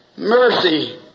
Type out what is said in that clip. Mercy